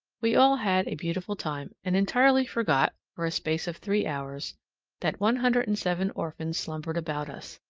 we all had a beautiful time, and entirely forgot for a space of three hours that one hundred and seven orphans slumbered about us.